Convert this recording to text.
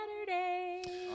saturday